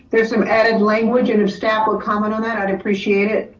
there's some added language. and if staff would comment on that, i'd appreciate it.